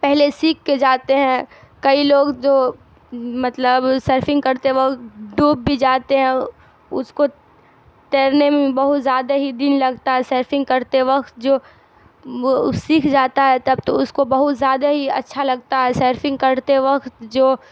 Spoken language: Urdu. پہلے سیکھ کے جاتے ہیں کئی لوگ جو مطلب سرفنگ کرتے وقت ڈوب بھی جاتے ہیں اس کو تیرنے میں بہت زیادہ ہی دن لگتا ہے سرفنگ کرتے وقت جو وہ سیکھ جاتا ہے تب تو اس کو بہت زیادہ ہی اچھا لگتا ہے سرفنگ کرتے وقت جو